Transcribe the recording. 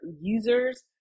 users